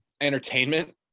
Entertainment